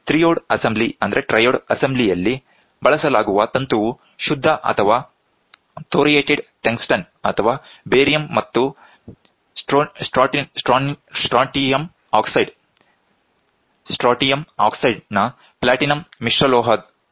triode ಅಸೆಂಬ್ಲಿಯಲ್ಲಿ ಬಳಸಲಾಗುವ ತಂತುವು ಶುದ್ಧ ಅಥವಾ ಥೋರಿಯೆಟೆಡ್ ಟಂಗ್ಸ್ಟನ್ ಅಥವಾ ಬೇರಿಯಂ ಮತ್ತು ಸ್ಟ್ರಾಂಟಿಯಂ ಆಕ್ಸೈಡ್ ನ ಪ್ಲಾಟಿನಂ ಮಿಶ್ರಲೋಹ ಲೇಪನದಿಂದ ಮಾಡಲ್ಪಟ್ಟಿದೆ